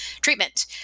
treatment